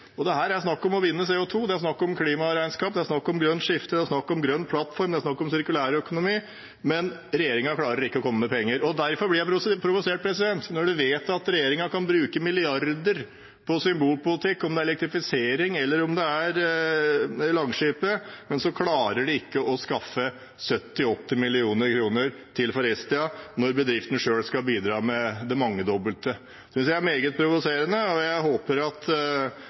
er snakk om å binde CO 2 , det er snakk om klimaregnskap, det er snakk om grønt skifte, det er snakk om grønn plattform, det er snakk om sirkulærøkonomi, men regjeringen klarer ikke å komme med penger. Derfor blir jeg provosert når man vet at regjeringen kan bruke milliarder på symbolpolitikk, om det er elektrifisering eller om det er Langskip, men de klarer ikke å skaffe 70–80 mill. kr til Forestia, når bedriften selv skal bidra med det mangedobbelte. Det synes jeg er meget provoserende, og jeg håper at